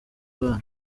abana